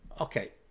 Okay